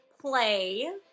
play